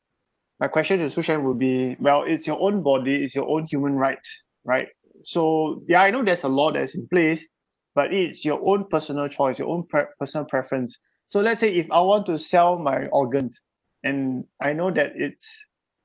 my question to shu shen will be well it's your own body it's your own human rights right so ya I know there's a law that's in place but it is your own personal choice your own pref~ personal preference so let's say if I want to sell my organs and I know that it's